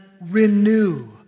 renew